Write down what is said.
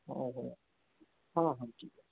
ହଉ ହଉ ହଁ ହଁ ଠିକ୍ ଅଛି